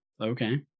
Okay